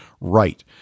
right